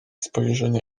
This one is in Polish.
spojrzenia